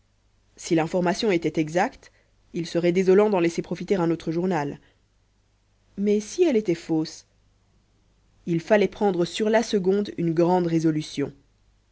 si l'information était exacte il serait désolant d'en laisser profiter un autre journal mais si elle était fausse il fallait prendre sur la seconde une grande résolution